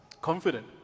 confident